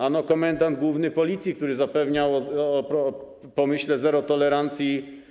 Ano komendant główny Policji, który zapewniał o polityce zero tolerancji.